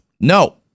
No